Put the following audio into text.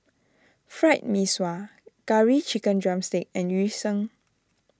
Fried Mee Sua Curry Chicken Drumstick and Yu Sheng